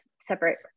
separate